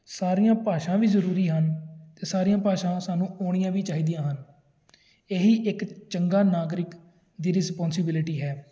ਸਾਰੀਆਂ ਭਾਸ਼ਾ ਵੀ ਜ਼ਰੂਰੀ ਹਨ ਅਤੇ ਸਾਰੀਆਂ ਭਾਸ਼ਾਵਾਂ ਸਾਨੂੰ ਆਉਣੀਆਂ ਵੀ ਚਾਹੀਦੀਆਂ ਹਨ ਇਹੀ ਇੱਕ ਚੰਗਾ ਨਾਗਰਿਕ ਦੀ ਰਿਸਪੋਂਸੀਬਿਲਟੀ ਹੈ